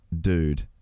dude